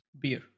beer